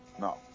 No